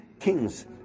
kings